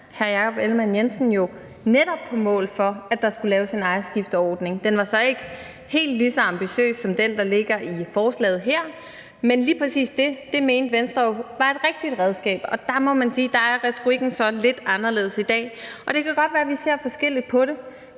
hr. Jakob Ellemann-Jensen, jo netop på mål for, at der skulle laves en ejerskifteordning – den var så ikke helt lige så ambitiøs som den, der ligger i forslaget her – men lige præcis det mente Venstre jo så var det rigtige redskab. Og der må man bare sige, at retorikken er lidt anderledes i dag. Og det kan godt være, at vi ser forskelligt på det,